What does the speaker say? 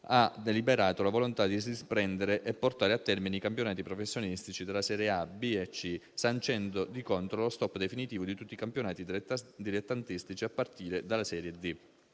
ha deliberato la volontà di riprendere e portare a termine i campionati professionistici delle serie A, B e C, sancendo, di contro, lo stop definitivo di tutti i campionati dilettantistici a partire dalla Serie D.